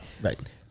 Right